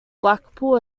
blackpool